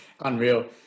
unreal